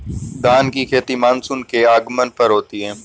धान की खेती मानसून के आगमन पर होती है